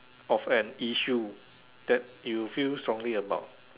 of an issue that you feel strongly about